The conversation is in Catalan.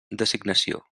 designació